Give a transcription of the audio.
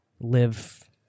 live